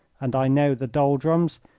and i know the doldrums,